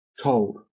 told